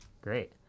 Great